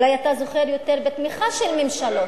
אולי אתה זוכה יותר בתמיכה של ממשלות.